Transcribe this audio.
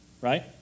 right